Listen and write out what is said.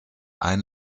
ein